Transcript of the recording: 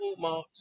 Walmart